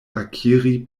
akiri